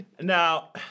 Now